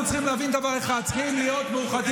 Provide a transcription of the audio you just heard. אנחנו צריכים להבין דבר אחד: צריכים להיות מאוחדים.